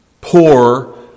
poor